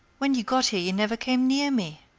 when you got here you never came near me!